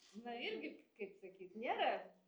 na irgi k kaip sakyt nėra